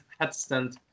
headstand